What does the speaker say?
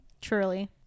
truly